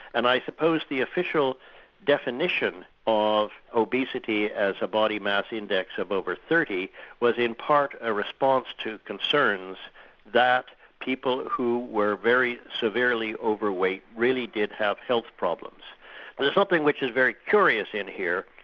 and i suppose the official definition of obesity as a body mass index of over thirty was in part a response to concerns that people who were very severely overweight really did have health problems. but there's something which is very curious in here.